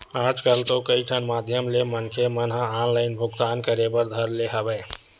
आजकल तो कई ठन माधियम ले मनखे मन ह ऑनलाइन भुगतान करे बर धर ले हवय